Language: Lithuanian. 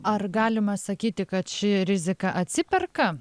ar galima sakyti kad ši rizika atsiperka